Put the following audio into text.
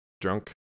drunk